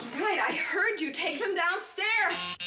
i heard you. take them downstairs!